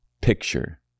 picture